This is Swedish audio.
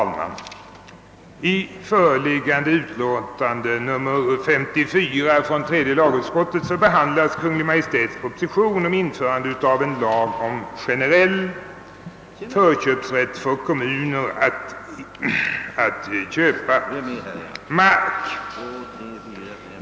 Herr talman! I förevarande utlåtande nr 54 från tredje lagutskottet behandlas Kungl. Maj:ts proposition om införande av en lag om generell förköpsrätt för kommuner att köpa mark.